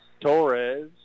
Torres